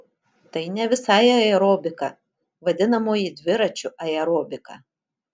tai ne visai aerobika vadinamoji dviračių aerobika